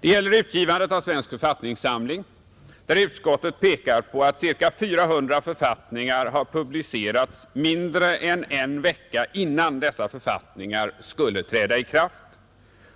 Det gäller utgivandet av Svensk författningssamling, där utskottet pekar på att ca 400 författningar har publicerats mindre än en Nr 87 vecka innan dessa författningar skulle träda i kraft,